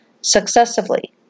successively